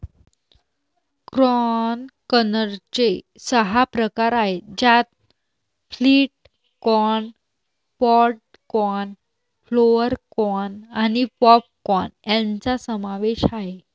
corn कर्नलचे सहा प्रकार आहेत ज्यात flint corn, pod corn, flour corn आणि पॉप कॉर्न यांचा समावेश आहे